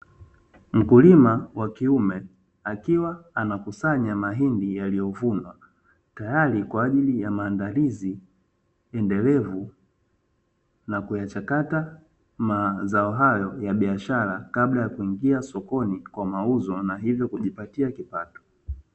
Mkulima wakiume akiwa anakusanya mahindi yaliyovunwa, tayari kwa ajili ya maandalizi endelvu na kuyachakata mazao hayo ya biashara kabla ya kuingia sokoni kwa mauzo na hivyo kujipatia kipato.